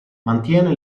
mantiene